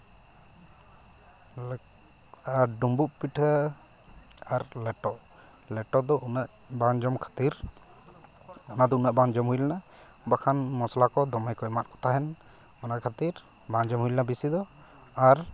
ᱨᱮ ᱟᱨ ᱰᱩᱸᱵᱩᱜ ᱯᱤᱴᱷᱟᱹ ᱟᱨ ᱞᱮᱴᱚ ᱞᱮᱴᱚ ᱫᱚ ᱩᱱᱟᱹᱜ ᱵᱟᱝ ᱡᱚᱢ ᱠᱷᱟᱹᱛᱤᱨ ᱚᱱᱟ ᱫᱚ ᱩᱱᱟᱹᱜ ᱵᱟᱝ ᱡᱚᱢ ᱦᱩᱭ ᱞᱮᱱᱟ ᱵᱟᱠᱷᱟᱱ ᱢᱚᱥᱞᱟ ᱠᱚ ᱫᱚᱢᱮ ᱠᱚ ᱮᱢᱟᱜ ᱠᱚ ᱛᱟᱦᱮᱱ ᱚᱱᱟ ᱠᱷᱟᱹᱛᱤᱨ ᱵᱟᱝ ᱡᱚᱢ ᱦᱩᱭ ᱞᱮᱱᱟ ᱵᱮᱥᱤ ᱫᱚ ᱟᱨ